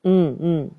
mm mm